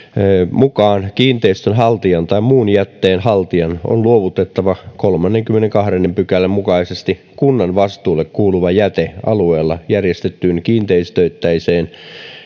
mukaan kiinteistönhaltijan tai muun jätteen haltijan on luovutettava kolmannenkymmenennentoisen pykälän mukaisesti kunnan vastuulle kuuluva jäte alueella järjestettyyn kiinteistöittäiseen